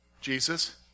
Jesus